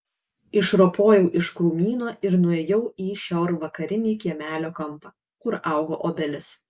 išropojau iš krūmyno ir nuėjau į šiaurvakarinį kiemelio kampą kur augo obelis